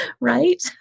Right